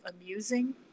amusing